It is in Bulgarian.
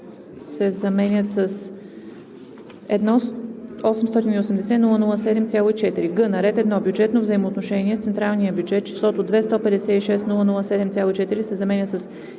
се заменя с „1 880 007,4“. г) на ред 1. Бюджетно взаимоотношение с централния бюджет (+/-) числото „2 156 007,4“ се заменя с